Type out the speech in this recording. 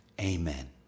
amen